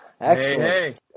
Excellent